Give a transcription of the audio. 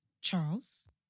Charles